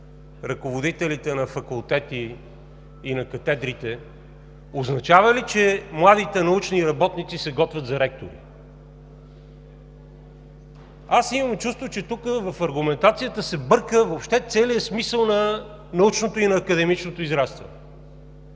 ръководителите на факултети и на катедрите означава ли, че младите научни работници се готвят за ректори? Аз имам чувството, че тук в аргументацията се бърка въобще целият смисъл на научното и академичното израстване.